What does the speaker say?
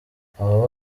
abo